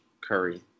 Curry